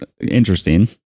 interesting